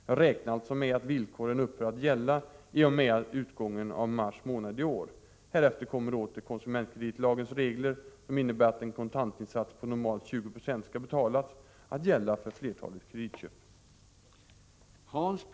Jag räknar alltså med att villkoren upphör att gälla i och med utgången av mars månad i år. Härefter kommer åter konsumentkreditlagens regler, som innebär att en kontantinsats på normalt 20 6 skall betalas, att gälla för flertalet kreditköp.